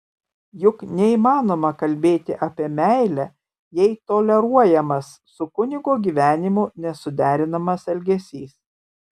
juk neįmanoma kalbėti apie meilę jei toleruojamas su kunigo gyvenimu nesuderinamas elgesys